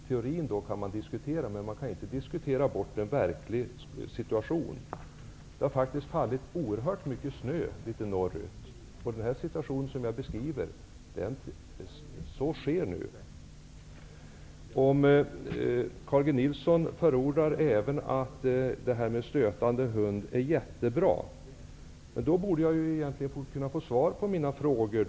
Teorin kan man diskutera, men man kan inte diskutera bort en verklig situation. Det har faktiskt fallit oerhört mycket snö norrut. Det jag har beskrivit sker nu. Om Carl G Nilsson förordar jakt med stötande hund, och säger att det är bra, borde jag kunna få svar på mina frågor.